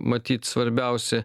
matyt svarbiausi